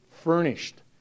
furnished